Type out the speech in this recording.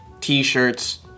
t-shirts